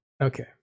Okay